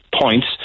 points